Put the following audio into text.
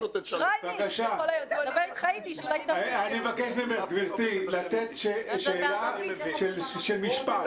אני מבקש ממך, גברתי, לשאול שאלה במשפט.